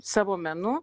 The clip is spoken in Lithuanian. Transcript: savo menu